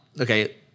okay